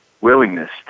willingness